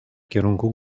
kierunku